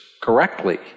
correctly